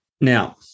Now